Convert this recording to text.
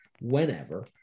whenever